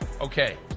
Okay